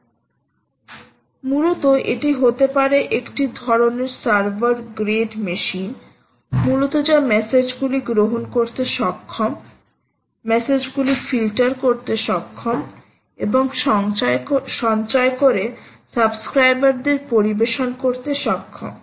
সুতরাং মূলত এটি হতে পারে একটি ধরণের সার্ভার গ্রেড মেশিন মূলত যা মেসেজ গুলি গ্রহণ করতে সক্ষম মেসেজ গুলি ফিল্টার করতে সক্ষম এবং সঞ্চয় করে সাবস্ক্রাইবার দের পরিবেশন করতে সক্ষম